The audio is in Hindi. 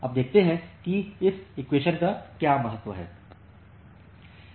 अब देखते हैं कि इस इक्वेशॅन का क्या महत्व है